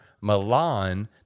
milan